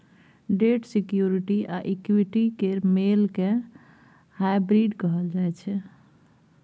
date security आ equity केर मेल केँ हाइब्रिड कहल जाइ छै